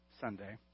Sunday